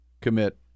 commit